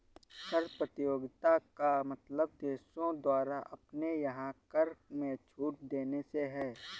कर प्रतियोगिता का मतलब देशों द्वारा अपने यहाँ कर में छूट देने से है